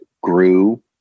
grew